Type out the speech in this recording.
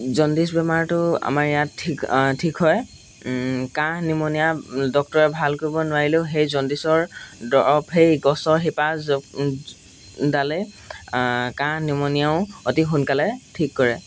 jaundice বেমাৰটো আমাৰ ইয়াত ঠিক ঠিক হয় কাঁহ নিম'নীয়া ডক্টৰে ভাল কৰিব নোৱাৰিলেও সেই জণ্ডিচৰ দৰৱ সেই গছৰ শিপা ডালে কাঁহ নিম'নীয়াও অতি সোনকালে ঠিক কৰে